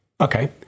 Okay